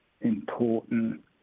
Important